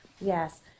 Yes